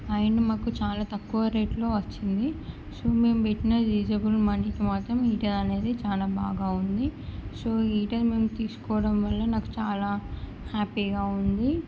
అయిన మాకు చాలా తక్కువ రేట్లో వచ్చింది సో మేము పెట్టిన రీసనబుల్ మనీకి మాత్రం హీటర్ అనేది చాలా బాగా ఉంది సో ఈ హీటర్ మేము తీసుకోవడం వల్ల నాకు చాలా హ్యాపీగా ఉంది